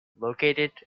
located